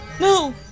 no